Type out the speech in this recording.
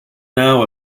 now